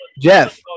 Jeff